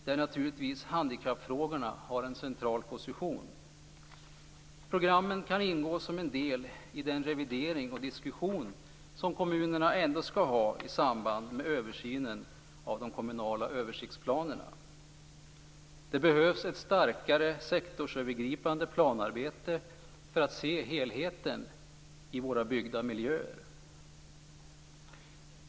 Handikappfrågorna skall där naturligtvis ha en central position. Programmen kan ingå som en del i den revidering och diskussion som kommunerna ändå skall ha i samband med översynen av de kommunala översiktsplanerna. Det behövs ett starkare sektorsövergripande planarbete för att se helheten i våra byggda miljöer.